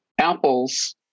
apple's